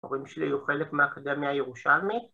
‫ההורים שלי היו חלק ‫מהאקדמיה הירושלמית.